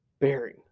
bearing